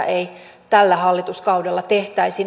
ei tällä hallituskaudella tehtäisi